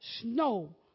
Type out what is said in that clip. snow